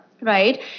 right